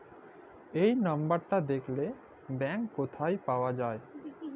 এই লম্বরটা দ্যাখলে ব্যাংক ক্যথায় পাউয়া যায়